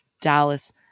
Dallas